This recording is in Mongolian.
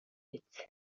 биз